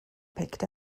picked